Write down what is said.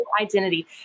identity